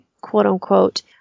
quote-unquote